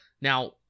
Now